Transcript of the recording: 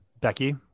becky